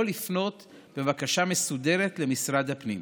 יכול לפנות בבקשה מסודרת למשרד הפנים.